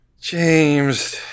James